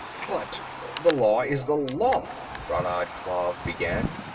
but the law is the law brannad klav began.